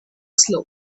slow